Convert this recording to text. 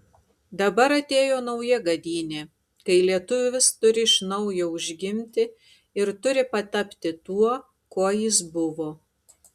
dabar atėjo nauja gadynė kai lietuvis turi iš naujo užgimti ir turi patapti tuo kuo jis buvo